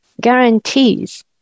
guarantees